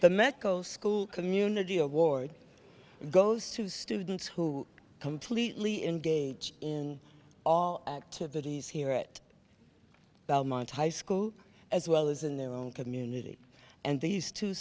the med school community award goes to students who completely engage in all activities here at belmont high school as well as in their own community and these two